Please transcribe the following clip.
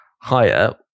higher